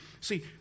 see